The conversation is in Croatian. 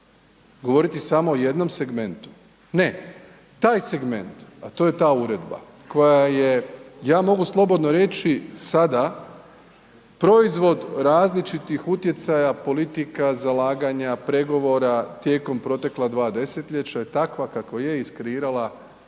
govoriti samo o jednom segmentu. Ne, taj segment a to je ta uredba koja je, ja mogu slobodno reći sada proizvod različitih utjecaja politika, zalaganja, pregovora tijekom protekla dva desetljeća i takva kakva je iskreirala nepravde.